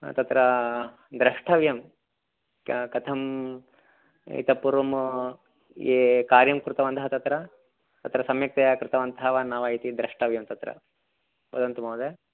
तत्र द्रष्टव्यं कथं एतत् पूर्वं ये कार्यं कृतवन्तः तत्र तत्र सम्यक्तया कृतवन्तः वा न वा इति द्रष्टव्यं तत्र वदन्तु महोदय